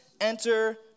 enter